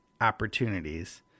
opportunities